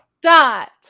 dot